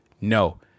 No